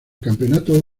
campeonato